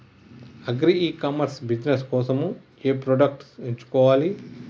Agri e commerce business కోసము ఏ products ఎంచుకోవాలి?